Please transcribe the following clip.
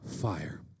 fire